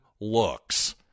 looks